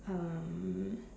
um